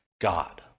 God